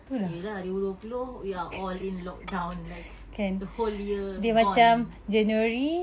ya lah dua ribu dua puluh we are all in lockdown like the whole year gone